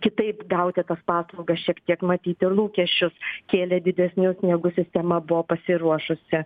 kitaip gauti tas paslaugas šiek tiek matyt ir lūkesčius kėlė didesnius negu sistema buvo pasiruošusi